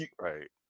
right